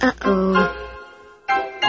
Uh-oh